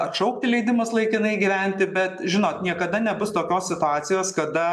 atšaukti leidimus laikinai gyventi bet žinot niekada nebus tokios situacijos kada